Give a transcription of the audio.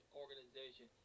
organization